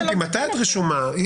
את רשומה.